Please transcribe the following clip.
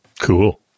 cool